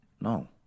No